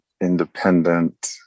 independent